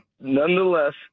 nonetheless